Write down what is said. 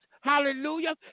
Hallelujah